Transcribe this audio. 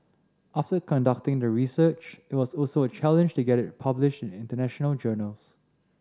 after conducting the research it was also a challenge to get it published in international journals